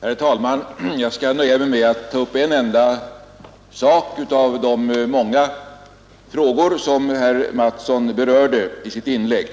Herr talman! Jag skall nöja mig med att ta upp en enda sak av de många som herr Mattsson i Lane-Herrestad berörde i sitt inlägg,